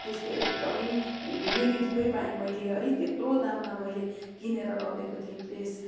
त्यसको एकदमै नेगेटिभै पाएँ मैले है त्यत्रो दाममा मैले किनेर लगेको थिएँ प्रेस